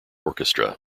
orchestra